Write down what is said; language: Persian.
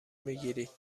میگیرید